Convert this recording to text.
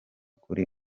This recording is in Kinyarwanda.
kuri